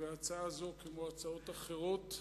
ההצעה הזאת, כמו הצעות אחרות,